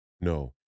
No